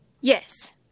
Yes